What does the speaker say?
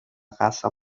casar